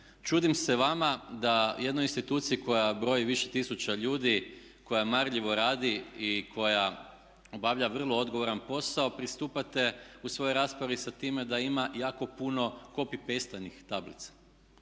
čudim se vama da jednoj instituciji koja broji više tisuća ljudi, koja marljivo radi i koja obavlja vrlo odgovoran posao pristupate u svojoj raspravi sa time da ima jako puno copy-paste tablica.